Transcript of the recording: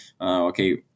okay